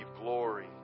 glory